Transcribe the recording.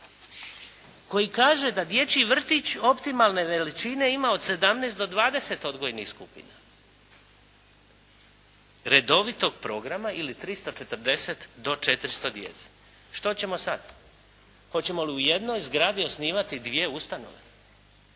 koji kaže da dječji vrtić optimalne većine ima od 17 do 20 odgojnih skupina redovitog programa ili 340 do 400 djece. Što ćemo sad? Hoćemo li u jednoj zgradi osnivati 2 ustanove